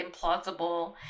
implausible